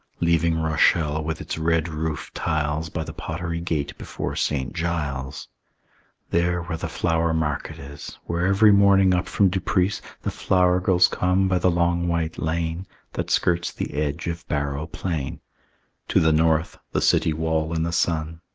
leaving rochelle with its red roof tiles by the pottery gate before st. giles there where the flower market is, where every morning up from duprisse the flower girls come by the long white lane that skirts the edge of bareau plain to the north, the city wall in the sun,